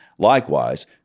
Likewise